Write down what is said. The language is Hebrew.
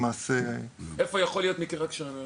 למעשה --- איפה יכול להיות מקרה כזה?